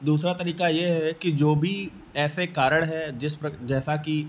दूसरा तरीका यह है कि जो भी ऐसे कारण है जिस प्रक जैसा की